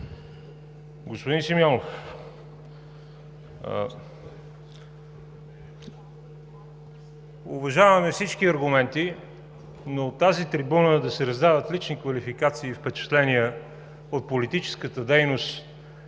Господин Симеонов, уважаваме всички аргументи, но от тази трибуна да се раздават лични квалификации и впечатления от политическата дейност